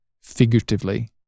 figuratively